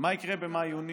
ומה יקרה במאי-יוני,